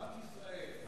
בנק ישראל,